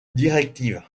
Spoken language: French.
directive